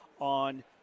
on